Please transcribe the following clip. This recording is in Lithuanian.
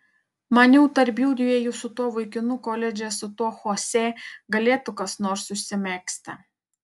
maniau tarp judviejų su tuo vaikinu koledže su tuo chosė galėtų kas nors užsimegzti